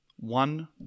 One